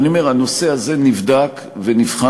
ואני אומר: הנושא הזה נבדק ונבחן.